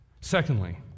Secondly